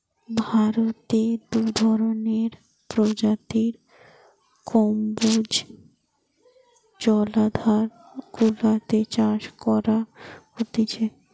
ভারতে দু ধরণের প্রজাতির কম্বোজ জলাধার গুলাতে চাষ করা হতিছে